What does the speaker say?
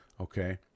okay